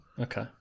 Okay